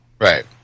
Right